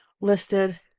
listed